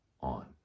on